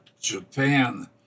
Japan